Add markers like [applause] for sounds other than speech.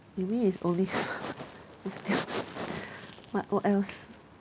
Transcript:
you mean it's only [noise] you still what what else